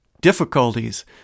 difficulties